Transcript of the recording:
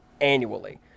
annually